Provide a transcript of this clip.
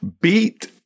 beat